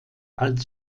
als